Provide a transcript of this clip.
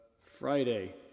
Friday